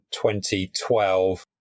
2012